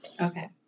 Okay